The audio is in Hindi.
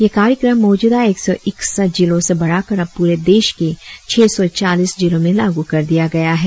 यह कार्यक्रम मौजूदा एक सौ इकसठ जिलों से बढ़ाकर अब पूरे देश के छह सौ चालीस जिलों में लागू कर दिया गया है